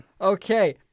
Okay